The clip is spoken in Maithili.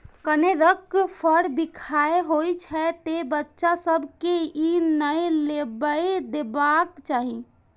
कनेरक फर बिखाह होइ छै, तें बच्चा सभ कें ई नै लेबय देबाक चाही